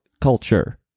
culture